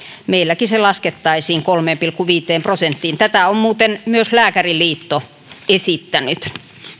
meilläkin se laskettaisiin kolmeen pilkku viiteen prosenttiin tätä on muuten myös lääkäriliitto esittänyt